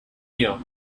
year